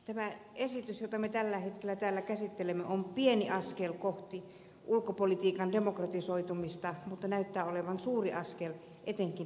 tämä esitys jota me tällä hetkellä täällä käsittelemme on pieni askel kohti ulkopolitiikan demokratisoitumista mutta näyttää olevan suuri askel etenkin vasemmistoliitolle